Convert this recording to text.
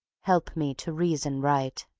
help me to reason right.